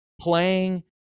playing